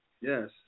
Yes